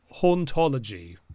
hauntology